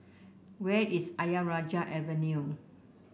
where is Ayer Rajah Avenue